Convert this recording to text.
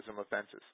offenses